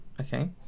okay